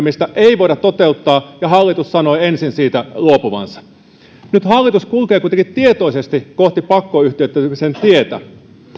että pakkoyhtiöittämistä ei voida toteuttaa ja hallitus sanoi ensin siitä luopuvansa nyt hallitus kulkee kuitenkin tietoisesti kohti pakkoyhtiöittämisen tietä